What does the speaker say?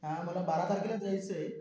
हां मला बारा तारखेलाच जायचं आहे